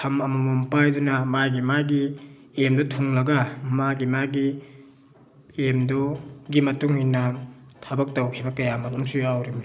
ꯐꯝ ꯑꯃꯃꯝ ꯄꯥꯏꯗꯨꯅ ꯃꯥꯒꯤ ꯃꯥꯒꯤ ꯑꯦꯝꯗꯨ ꯊꯨꯡꯂꯒ ꯃꯥꯒꯤ ꯃꯥꯒꯤ ꯑꯦꯝꯗꯨꯒꯤ ꯃꯇꯨꯡ ꯏꯟꯅ ꯊꯕꯛ ꯇꯧꯈꯤꯕ ꯀꯌꯥ ꯃꯔꯨꯝꯁꯨ ꯌꯥꯎꯔꯤꯃꯤ